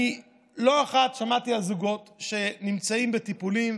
לא אחת שמעתי על זוגות שנמצאים בטיפולים,